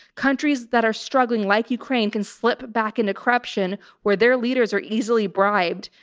countries that are struggling like ukraine can slip back into corruption where their leaders are easily bribed.